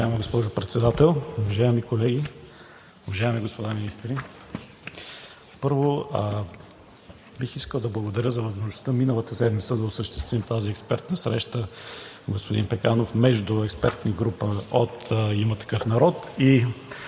Уважаема госпожо Председател, уважаеми колеги, уважаеми господа министри! Първо, бих искал да благодаря за възможността миналата седмица да осъществим тази експертна среща, господин Пеканов, между експертна група от „Има такъв народ“